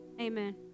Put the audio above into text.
Amen